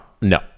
No